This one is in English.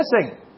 missing